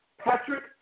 Patrick